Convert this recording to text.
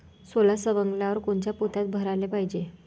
सोला सवंगल्यावर कोनच्या पोत्यात भराले पायजे?